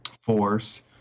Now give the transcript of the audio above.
force